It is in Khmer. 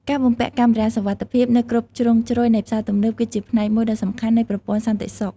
ការបំពាក់កាមេរ៉ាសុវត្ថិភាពនៅគ្រប់ជ្រុងជ្រោយនៃផ្សារទំនើប គឺជាផ្នែកមួយដ៏សំខាន់នៃប្រព័ន្ធសន្តិសុខ។